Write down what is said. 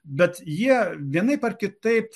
bet jie vienaip ar kitaip